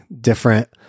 different